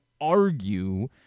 argue